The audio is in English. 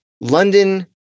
London